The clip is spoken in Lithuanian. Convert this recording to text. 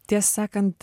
tiesą sakant